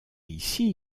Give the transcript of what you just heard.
ici